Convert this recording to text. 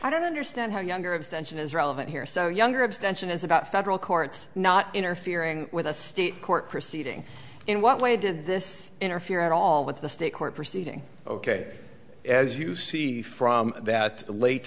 i don't understand how younger abstention is relevant here so younger abstention is about federal courts not interfering with a state court proceeding in what way did this interfere at all with the state court proceeding ok as you see from that